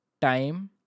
time